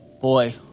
boy